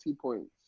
points